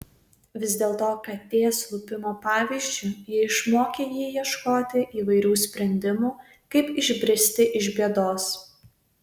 vis dėlto katės lupimo pavyzdžiu ji išmokė jį ieškoti įvairių sprendimų kaip išbristi iš bėdos